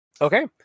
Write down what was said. Okay